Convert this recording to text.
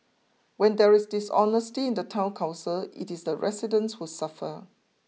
when there is dishonesty in the town council it is the residents who suffer